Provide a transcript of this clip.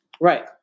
Right